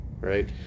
right